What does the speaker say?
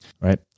Right